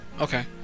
Okay